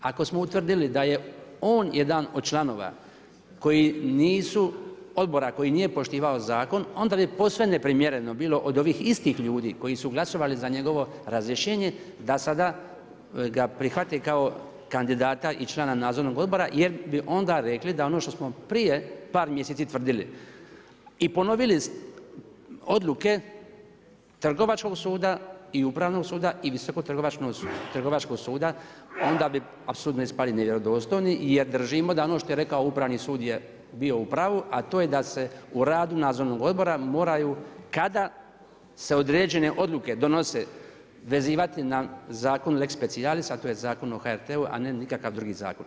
Ako smo utvrdili da je on jedan od članova odbora koji nije poštivao zakon, onda bi posve neprimjereno bilo od ovih istih ljudi koji su glasovali za njegovo razrješenje da sada ga prihvate kao kandidata i člana nadzornog odbora jer bi onda rekli da ono što smo prije par mjeseci tvrdili i ponovili odluke trgovačkog suda i upravnog suda i visokog trgovačkog suda onda bi apsolutno ispali nevjerodostojni jer držimo da ono što je rekao upravni sud je bio u pravu a to je da se u radu nadzornog odbora moraju kada se određene odluke donose vezivati na zakon lex specialis, a to je Zakon o HRT-u, a ne nikakav drugi zakon.